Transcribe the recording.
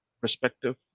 perspective